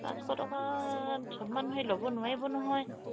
পাঁচশ টকাত চব মানুহে ল'ব নোৱাৰিব নহয়